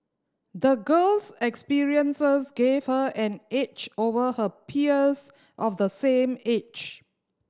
the girl's experiences gave her an edge over her peers of the same age